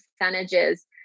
percentages